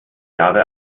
jahre